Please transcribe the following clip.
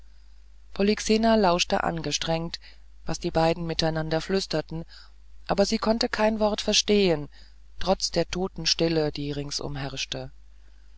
polyxena lauschte angestrengt was die beiden miteinander flüsterten aber sie konnte kein wort verstehen trotz der totenstille die ringsum herrschte